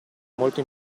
molto